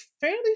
fairly